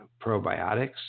probiotics